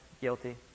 Guilty